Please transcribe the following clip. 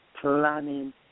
planning